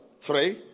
Three